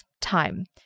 time